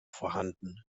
vorhanden